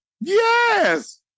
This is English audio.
Yes